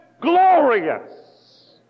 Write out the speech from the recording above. glorious